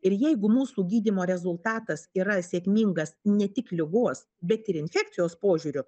ir jeigu mūsų gydymo rezultatas yra sėkmingas ne tik ligos bet ir infekcijos požiūriu